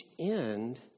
end